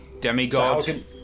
Demigod